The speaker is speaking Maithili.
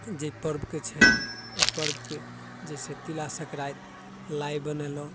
जइ पर्वके छै ओइ पर्वके जैसे तिला सन्क्रान्ति लाइ बनेलहुँ